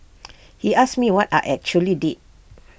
he asked me what I actually did